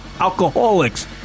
alcoholics